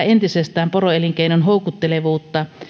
entisestään poroelinkeinon houkuttelevuutta